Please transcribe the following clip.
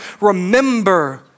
Remember